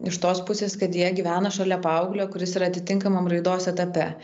iš tos pusės kad jie gyvena šalia paauglio kuris yra atitinkamam raidos etape